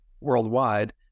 worldwide